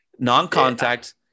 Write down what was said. Non-contact